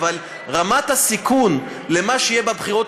אבל רמת הסיכון למה שיהיה בבחירות